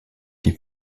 die